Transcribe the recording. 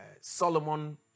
Solomon